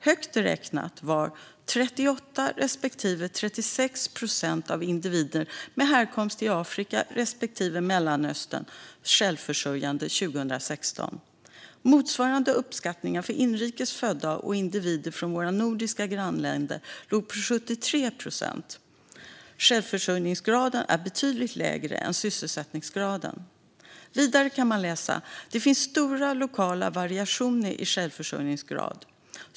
Högt räknat var 38 respektive 36 procent av individer med härkomst i Afrika respektive Mellanöstern självförsörjande 2016. Motsvarande uppskattningar för inrikes födda och individer från våra nordiska grannländer låg på 73 procent. Självförsörjningsgraden är betydligt lägre än sysselsättningsgraden." Vidare kan man läsa detta: "Det finns stora lokala variationer i självförsörjningsgrad.